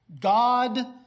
God